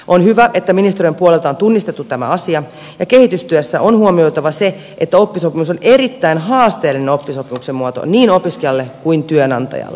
on hyvä että ministeriön puolelta on tunnistettu tämä asia ja kehitystyössä on huomioitava se että oppisopimus on erittäin haasteellinen opiskelumuoto niin opiskelijalle kuin työnantajalle